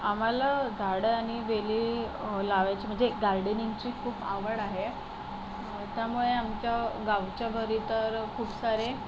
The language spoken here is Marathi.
आम्हाला झाडं आणि वेली लावायची म्हणजे गार्डनिंगची खूप आवड आहे त्यामुळे आमच्या गावच्या घरी तर खूप सारे